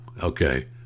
okay